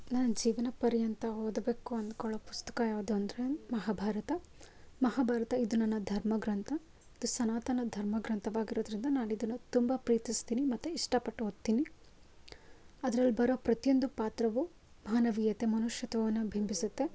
ನಾನು ಜೀವನಪರ್ಯಂತ ಓದಬೇಕು ಅಂದ್ಕೊಳ್ಳೋ ಪುಸ್ತಕ ಯಾವುದು ಅಂದರೆ ಮಹಾಭಾರತ ಮಹಾಭಾರತ ಇದು ನನ್ನ ಧರ್ಮಗ್ರಂಥ ಇದು ಸನಾತನ ಧರ್ಮಗ್ರಂಥವಾಗಿರೋದರಿಂದ ನಾನು ಇದನ್ನು ತುಂಬ ಪ್ರೀತಿಸ್ತೀನಿ ಮತ್ತು ಇಷ್ಟಪಟ್ಟು ಓದ್ತೀನಿ ಅದ್ರಲ್ಲಿ ಬರೊ ಪ್ರತಿಯೊಂದು ಪಾತ್ರವೂ ಮಾನವೀಯತೆ ಮನುಷ್ಯತ್ವವನ್ನು ಬಿಂಬಿಸುತ್ತೆ